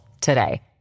today